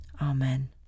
Amen